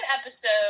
episode